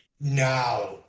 now